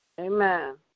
Amen